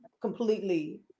completely